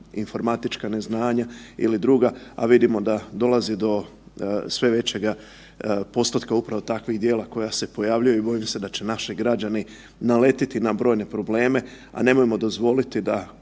informatička neznanja ili druga, a vidimo da dolazi do sve većega postotka upravo takvih djela koja se pojavljuju i bojim se da će naši građani naletiti na brojne probleme, a nemojmo dozvoliti da